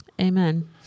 Amen